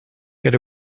get